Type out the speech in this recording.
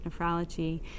nephrology